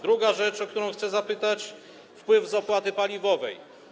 Druga rzecz, o którą chcę zapytać, to wpływ z opłaty paliwowej.